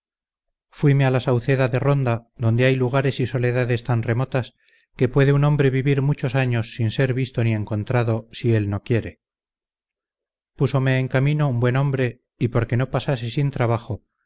fuime a la sauceda de ronda donde hay lugares y soledades tan remotas que puede un hombre vivir muchos años sin ser visto ni encontrado si él no quiere púsome en camino un buen hombre y porque no pasase sin trabajo